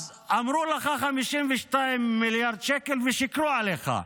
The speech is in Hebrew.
אז אמרו לך 52 מיליארד שקל, ושיקרו לך,